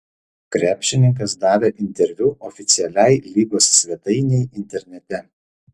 krepšininkas davė interviu oficialiai lygos svetainei internete